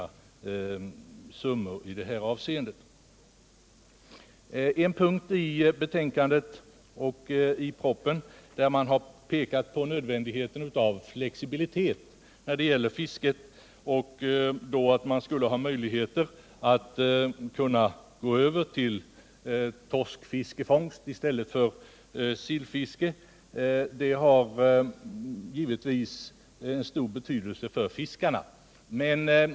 En punkt i såväl propositionen som betänkandet pekar på nödvändigheten av flexibilitet när det gäller fisket. Det framhålls att möjligheter bör finnas för fiskarna att gå över till torskfiskefångst i stället för sillfiske, vilket skulle ha stor betydelse för yrkesfiskarna.